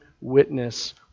witness